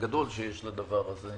הגדול שיש לדבר הזה,